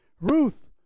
Ruth